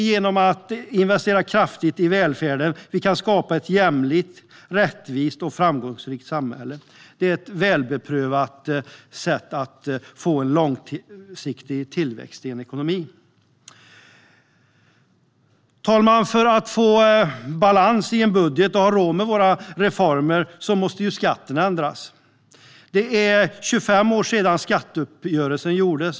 Genom att investera kraftigt i välfärden skapar vi ett mer jämlikt, rättvist och framgångsrikt samhälle. Det är ett välbeprövat sätt att få en långsiktig tillväxt i ekonomin. Fru ålderspresident! För att få balans i budgeten och ha råd med alla reformer måste skatten ändras. Det är 25 år sedan skatteuppgörelsen gjordes.